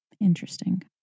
Interesting